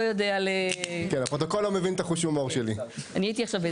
לידיעת הרשויות המקומיות ו/או תאגידים שבבעלותן,